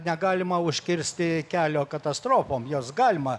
negalima užkirsti kelio katastrofom jos galima